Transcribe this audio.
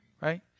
Right